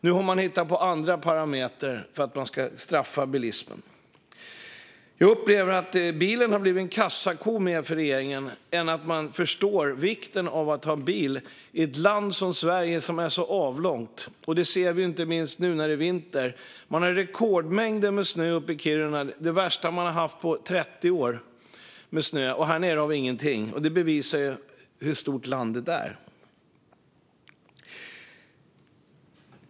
Nu har man hittat på andra parametrar för att straffa bilismen. Jag upplever att bilen har blivit en kassako för regeringen. Man förstår inte vikten av att ha bil i ett avlångt land som Sverige. Inte minst ser vi detta när det är vinter: Man har rekordmängder med snö i Kiruna - de värsta man har haft på 30 år - och här nere har vi ingen snö alls. Detta visar hur stort landet är.